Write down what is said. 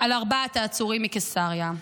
על ארבעת העצורים מקיסריה.